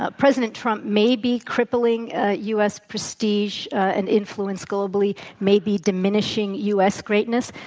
ah president trump may be crippling u. s. prestige an influence globally, maybe diminishing u. s. greatness,